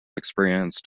experienced